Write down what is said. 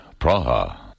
Praha